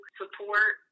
support